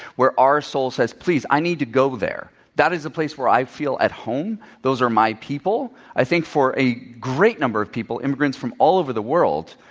where our soul says, please, i need to go there that is the place where i feel at home those are my people. i think for a great number of people, immigrants from all over the world,